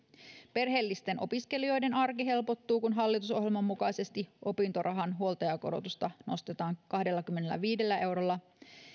perheellisten opiskelijoiden arki helpottuu kun hallitusohjelman mukaisesti opintorahan huoltajakorotusta nostetaan kahdellakymmenelläviidellä eurolla